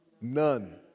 None